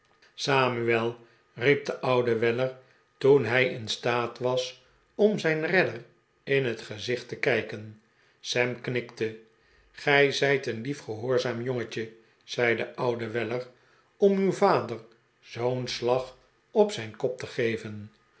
samuel riep de oude weller toen hij in staat was om zijn redder in het gezicht te kijken sam knikte gij zijt een lief gehoorzaam jongetje zei de oude weller om uw vader zoo'n slag op zijn kop te geven